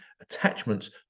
attachments